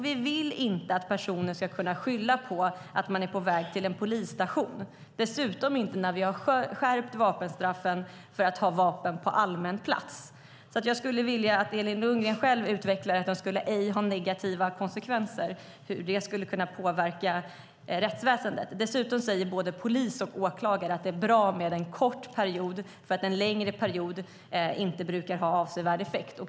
Vi vill inte att personer ska kunna skylla på att man är på väg till en polisstation, dessutom inte när vi har skärpt straffen för att ha vapen på allmän plats. Jag skulle vilja att Elin Lundgren själv utvecklar att det inte skulle ha negativa konsekvenser, hur det skulle kunna påverka rättsväsendet. Dessutom säger både polis och åklagare att det är bra med en kort period, eftersom en längre period inte brukar ha nämnvärt större effekt.